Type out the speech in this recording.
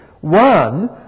One